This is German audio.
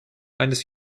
eines